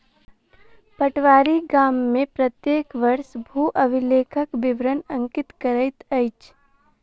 पटवारी गाम में प्रत्येक वर्ष भू अभिलेखक विवरण अंकित करैत अछि